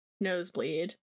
Nosebleed